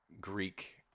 Greek